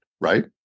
right